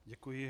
Děkuji.